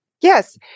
Yes